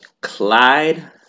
Clyde